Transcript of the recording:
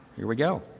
here we go?